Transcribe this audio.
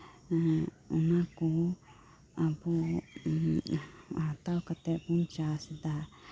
ᱚᱱᱟᱠᱩ ᱟᱵᱩ ᱦᱟᱛᱟᱣ ᱠᱟᱛᱮᱜ ᱵᱩᱱ ᱪᱟᱥᱫᱟ